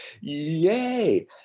yay